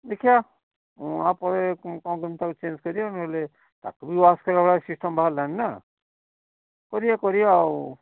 ଦେଖିବା ଆ ପରେ କଁ କେମତି ତାକୁ ଚେଞ୍ଜ୍ କରିବା ନହେଲେ ତାକୁ ବି ୱାଶ କରିଲା ଭଳିଆ ସିଷ୍ଟମ୍ ବାହାରିଲାଣି ନାଁ କରିବା କରିବା ଆଉ